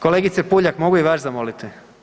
Kolegice Puljak, mogu i vas zamoliti?